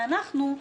ואנחנו,